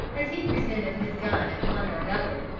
as he presented his gun at one or another,